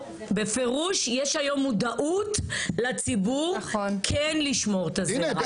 בפירוש יש היום מודעות לציבור כן לשמור את הזרע.